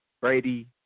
Brady